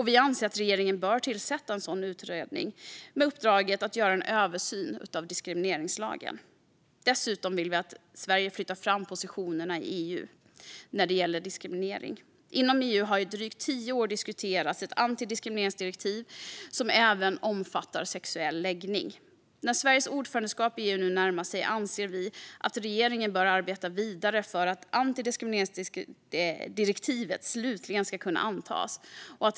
Vi anser att regeringen bör tillsätta en sådan utredning med uppdraget att göra en översyn av diskrimineringslagen. Dessutom vill vi att Sverige flyttar fram positionerna i EU när det gäller diskriminering. Inom EU har det i drygt tio år diskuterats ett antidiskrimineringsdirektiv som även omfattar sexuell läggning. När Sveriges ordförandeskap i EU nu närmar sig anser vi att regeringen bör arbeta vidare för att antidiskrimineringsdirektivet slutligen ska kunna antas.